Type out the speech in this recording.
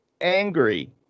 angry